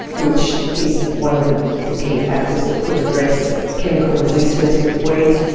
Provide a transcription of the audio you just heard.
which is one of the the key factors that could address chemical resistance with weeds.